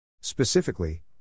Specifically